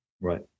Right